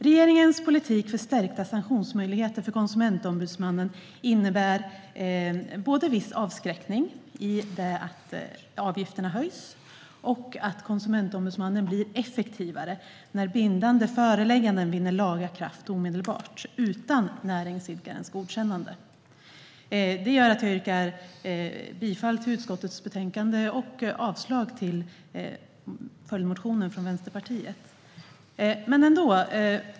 Regeringens politik för stärkta sanktionsmöjligheter för Konsumentombudsmannen innebär både viss avskräckning, i och med att avgifterna höjs, och att Konsumentombudsmannen blir effektivare när bindande förelägganden vinner laga kraft omedelbart, utan näringsidkarens godkännande. Därför yrkar jag bifall till utskottets förslag och avslag på följdmotionen från Vänsterpartiet.